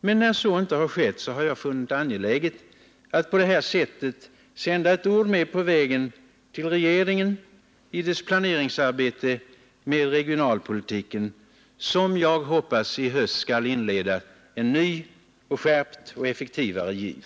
Men när så inte sker har jag funnit angeläget att på detta sätt sända ett ord med på vägen till regeringen i dess planeringsarbete med regionalpolitiken, som jag hoppas i höst skall inleda en ny, skärpt och effektivare giv.